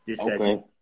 Okay